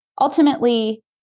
Ultimately